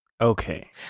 Okay